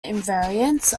invariants